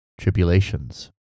Tribulations